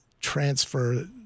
transfer